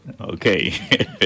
Okay